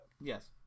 Yes